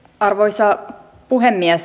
arvoisa puhemies